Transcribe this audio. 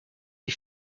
les